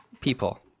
people